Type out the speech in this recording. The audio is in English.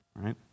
Right